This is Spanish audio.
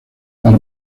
para